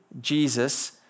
Jesus